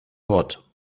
hot